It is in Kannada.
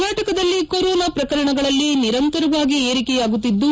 ಕರ್ನಾಟಕದಲ್ಲಿ ಕೊರೊನಾ ಪ್ರಕರಣಗಳಲ್ಲಿ ನಿರಂತರವಾಗಿ ಏರಿಕೆಯಾಗುತ್ತಿದ್ದು